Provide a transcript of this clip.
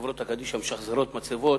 החברות קדישא משחזרות מצבות.